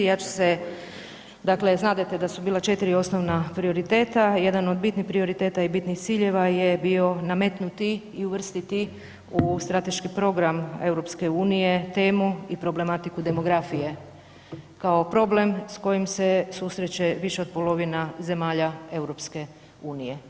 Ja ću se, dakle znadete da su bila 4 osnovna prioriteta, jedan od bitnih prioriteta i bitnih ciljeva je bio nametnuti i uvrstiti u strateški program EU temu i problematiku demografije kao problem s kojim se susreće više od polovina zemalja EU.